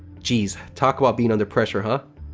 geez, talk about being under pressure, huh?